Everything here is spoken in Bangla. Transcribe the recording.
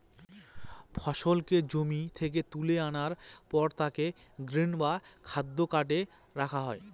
ফসলকে জমি থেকে তুলে আনার পর তাকে গ্রেন বা খাদ্য কার্টে রাখা হয়